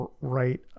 right